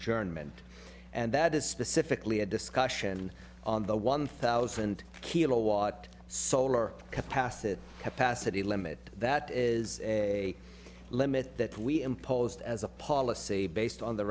adjournment and that is specifically a discussion on the one thousand kilos wat solar capacity capacity limit that is a limit that we imposed as a policy based on the